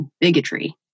bigotry